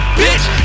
bitch